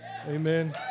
Amen